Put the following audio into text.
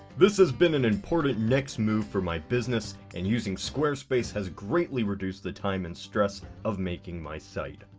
this has been an important next move for my business, and using squarespace has greatly reduced the time and stress, of making my site.